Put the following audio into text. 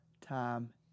time